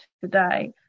today